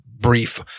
Brief